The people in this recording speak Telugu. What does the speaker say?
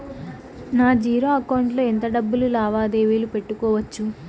నా జీరో అకౌంట్ లో ఎంత డబ్బులు లావాదేవీలు పెట్టుకోవచ్చు?